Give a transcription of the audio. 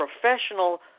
professional